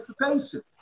participation